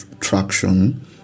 traction